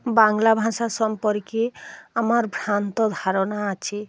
বাংলা ভাষা সম্পর্কে আমার ভ্রান্ত ধারণা আছে